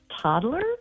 toddler